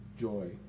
joy